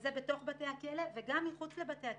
זה בתוך בלי הכלא וגם מחוץ לבתי הכלא.